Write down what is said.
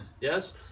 Yes